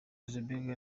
zuckerberg